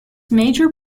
major